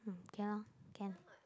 mm k lor can lor can